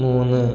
മൂന്ന്